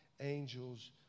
angels